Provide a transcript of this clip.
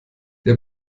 der